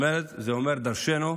זה אומר דרשני,